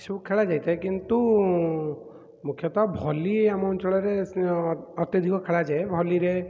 ଏସବୁ ଖେଳାଯାଇଥାଏ କିନ୍ତୁ ମୁଖ୍ୟତଃ ଭଲି ଆମ ଅଞ୍ଚଳରେ ଅତ୍ୟଧିକ ଖେଳାଯାଏ ଭଲିରେ